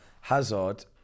Hazard